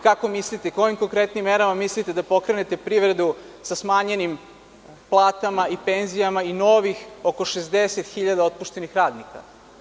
Kojim konkretnim merama mislite da pokrenete privredu sa smanjenim platama i penzijama i novih oko 60.000 otpuštenih radnika?